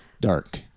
dark